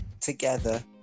together